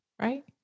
right